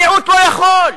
המיעוט לא יכול.